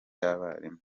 y’abarimu